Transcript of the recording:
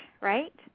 right